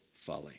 folly